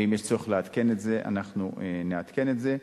ואם יש צורך לעדכן את זה, אנחנו נעדכן את זה.